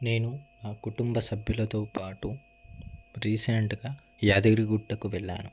నేను నా కుటుంబ సభ్యులతో పాటు రీసెంట్గా యాదగిరి గుట్టకు వెళ్ళాను